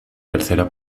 tercera